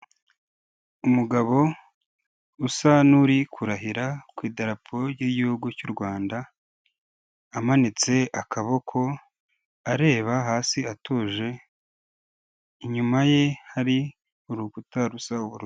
Umugabo usa n'uri kurahira ku idarapo ry'igihugu cy'u Rwanda amanitse akaboko areba hasi atuje inyuma ye hari urukuta rusa ubururu.